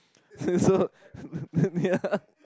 so ya